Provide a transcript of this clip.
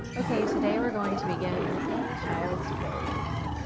okay, today, we're going to begin in child's pose.